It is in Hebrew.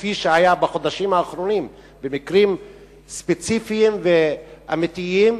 כפי שהיה בחודשים האחרונים במקרים ספציפיים ואמיתיים,